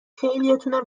خیلیاتونم